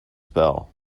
spell